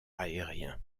aérien